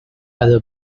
other